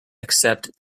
accept